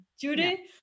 Judy